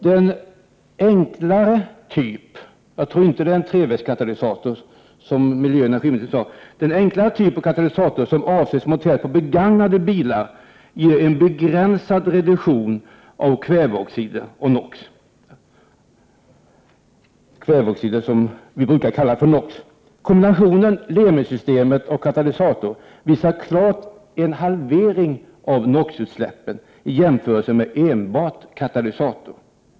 Den enklare typ av katalysator — jag tror inte att det är en trevägskatalysator, som miljöoch energiministern sade — som avses att Effekten av kombinationen Lemi-systemet och katalysator är en tydlig halvering av NO,-utsläppen i jämförelse med enbart katalysator.